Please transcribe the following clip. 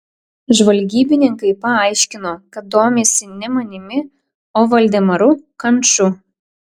žvalgybininkai paaiškino kad domisi ne manimi o valdemaru kanču